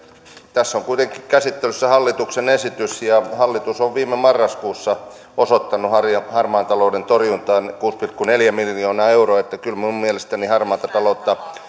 tässä on kuitenkin käsittelyssä hallituksen esitys ja hallitus on viime marraskuussa osoittanut harmaan talouden torjuntaan kuusi pilkku neljä miljoonaa euroa niin että kyllä minun mielestäni harmaata taloutta